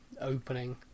opening